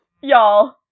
Y'all